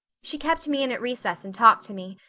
she kept me in at recess and talked to me.